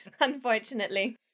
unfortunately